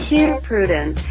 here, prudence.